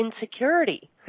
insecurity